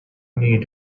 need